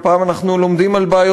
גברתי